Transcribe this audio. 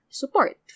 support